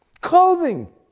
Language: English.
Clothing